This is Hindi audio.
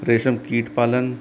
रेशम कीट पालन